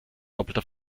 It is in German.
doppelter